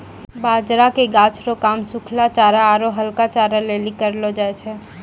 बाजरा के गाछ रो काम सुखलहा चारा आरु हरका चारा लेली करलौ जाय छै